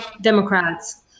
Democrats